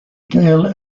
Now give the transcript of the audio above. gale